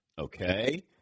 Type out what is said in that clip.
Okay